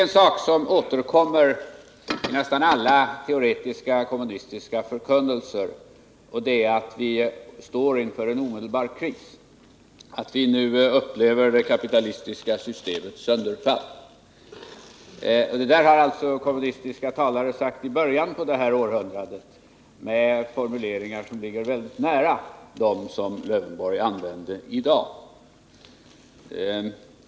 En sak återkommer i nästan alla teoretiska kommunistiska förkunnelser, och det är att vi står inför en omedelbar kris, att vi nu upplever det kapitalistiska systemets sönderfall. Detta har kommunistiska talare sagt i början på det här århundradet med formuleringar som ligger väldigt nära dem som AIf Lövenborg använde i dag.